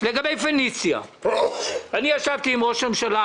לגבי פניציה בשבוע שעבר ישבתי עם ראש הממשלה,